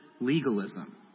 legalism